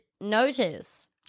notice